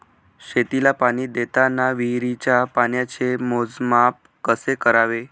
शेतीला पाणी देताना विहिरीच्या पाण्याचे मोजमाप कसे करावे?